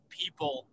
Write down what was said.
people